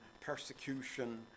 persecution